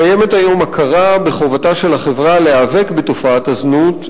קיימת כיום הכרה בחובתה של החברה להיאבק בתופעת הזנות,